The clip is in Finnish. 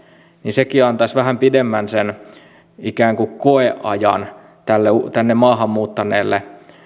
sekin antaisi vähän pidemmän ikään kuin koeajan maahan muuttaneelle